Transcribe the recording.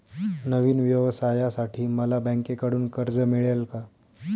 नवीन व्यवसायासाठी मला बँकेकडून कर्ज मिळेल का?